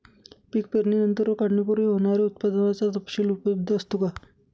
पीक पेरणीनंतर व काढणीपूर्वी होणाऱ्या उत्पादनाचा तपशील उपलब्ध असतो का?